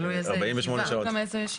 תלוי איזו ישיבה.